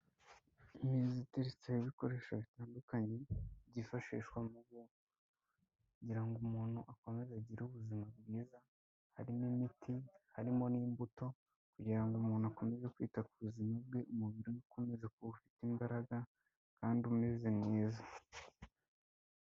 Imeza iteretseho ibikoresho bitandukanye byifashishwa mu kugira ngo umuntu akomeze agire ubuzima bwiza, harimo imiti harimo n'imbuto kugira ngo umuntu akomeze kwita ku buzima bwe, umubiri we ukomeze kuba ufite imbaraga kandi umeze mwiza.